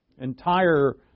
Entire